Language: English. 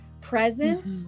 present